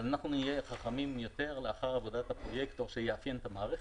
אבל אנחנו נהיה חכמים יותר לאחר עבודת הפרויקטור שיאפיין את המערכת,